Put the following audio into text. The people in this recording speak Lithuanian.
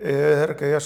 ir kai aš